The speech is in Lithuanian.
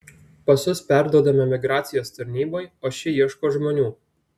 pasus perduodame migracijos tarnybai o ši ieško žmonių